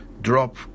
drop